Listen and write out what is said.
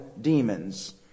demons